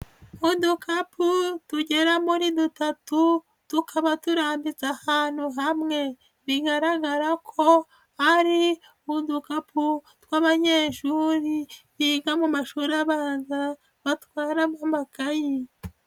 Ukapu tugera muri dutatu, tukaba turambitse ahantu hamwe. Bigaragara ko hari udukapu tw'abanyeshuri biga mu mashuri abanza, batwaramo amakayi.